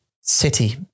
city